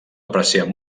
apreciar